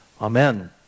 Amen